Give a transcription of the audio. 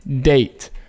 date